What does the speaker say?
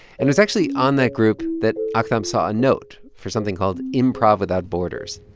and it was actually on that group that ah aktham saw a note for something called improv without borders